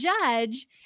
judge